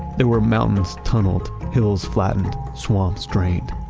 there were mountains tunneled, hills flattened, swamps drained.